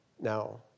Now